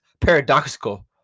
paradoxical